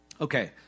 Okay